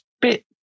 bit